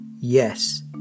yes